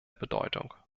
bedeutung